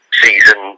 season